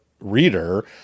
reader